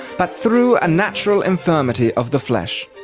but through a natural infirmity of the flesh,